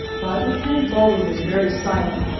but lieutenant baldwin was very silent,